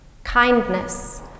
kindness